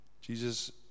Jesus